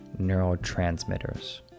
neurotransmitters